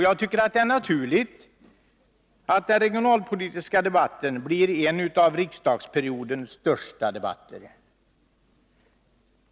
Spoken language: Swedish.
Jag tycker det är naturligt att den regionalpolitiska debatten blir en av riksdagsperiodens största debatter.